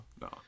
no